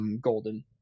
Golden